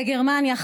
בגרמניה,